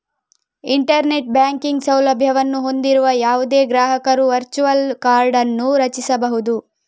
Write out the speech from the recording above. internet banking ಸೌಲಭ್ಯವನ್ನು ಹೊಂದಿರುವ ಯಾವುದೇ ಗ್ರಾಹಕರು ವರ್ಚುವಲ್ ಕಾರ್ಡ್ ಅನ್ನು ರಚಿಸಬಹುದು